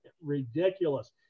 Ridiculous